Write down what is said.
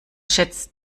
schätzt